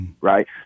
Right